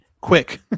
quick